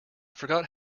forgot